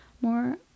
more